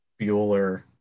Bueller